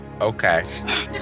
okay